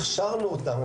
הכשרנו אותם,